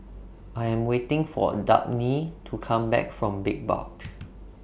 I Am waiting For Dabney to Come Back from Big Box